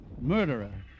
murderer